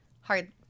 Hard